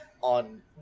on